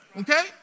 Okay